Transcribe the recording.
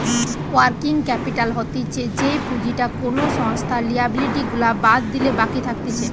working capital হতিছে যেই পুঁজিটা কোনো সংস্থার লিয়াবিলিটি গুলা বাদ দিলে বাকি থাকতিছে